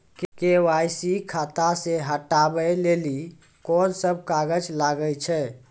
KYC खाता से हटाबै लेली कोंन सब कागज लगे छै?